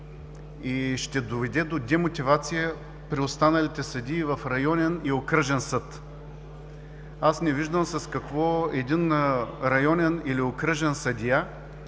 и ще доведе до демотивация при останалите съдии в районен и окръжен съд. Аз не виждам с какво един районен или окръжен съдия